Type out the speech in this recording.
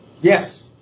yes